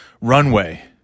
runway